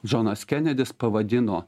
džonas kenedis pavadino